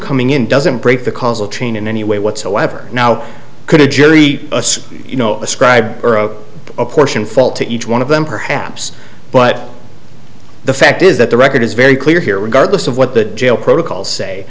coming in doesn't break the causal chain in any way whatsoever now could a jury you know ascribe a portion felt to each one of them perhaps but the fact is that the record is very clear here regardless of what the jail protocols say